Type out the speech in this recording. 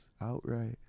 Outright